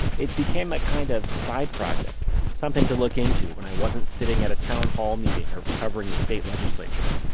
it became a kind of side project something to look into when i wasn't sitting at a town hall meeting, or covering the state legislature.